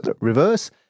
Reverse